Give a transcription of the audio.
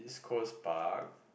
Coast Park